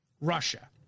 Russia